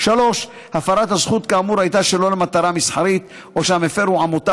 3. הפרת הזכות כאמור הייתה שלא למטרה מסחרית או שהמפר הוא עמותה